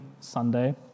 Sunday